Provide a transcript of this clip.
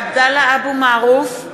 עבדאללה אבו מערוף,